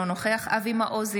אינו נוכח אבי מעוז,